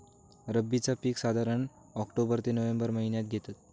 रब्बीचा पीक साधारण ऑक्टोबर ते नोव्हेंबर महिन्यात घेतत